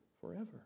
forever